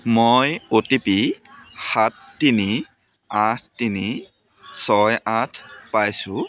মই O T P সাত তিনি আঠ তিনি ছয় আঠ পাইছোঁ